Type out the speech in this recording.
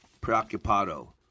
preoccupado